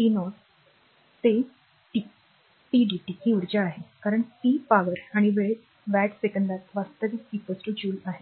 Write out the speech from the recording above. t 0 t ते t p dt ही ऊर्जा आहे कारण p पॉवर आणि वेळ वॅट सेकंदात वास्तविक जूल आहे